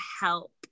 help